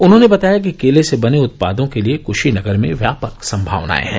उन्होंने बताया कि केले से बने उत्पादों के लिए कुशीनगर में व्यापक सम्भावनाएं हैं